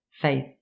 faith